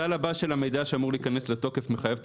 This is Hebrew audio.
הסל הבא של המידע שאמור להיכנס לתוקף מחייב את